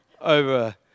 over